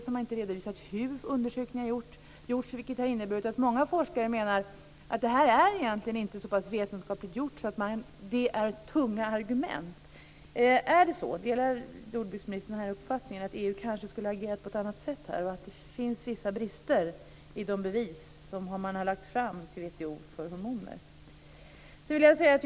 Man har inte redovisat hur undersökningar har gjorts. Många forskare menar att det här egentligen inte är så pass vetenskapligt gjort att det är tunga argument. Är det så? Delar jordbruksministern uppfattningen att EU kanske skulle ha agerat på ett annat sätt och att det finns vissa brister i de bevis som man har lagt fram till WTO när det gäller hormoner?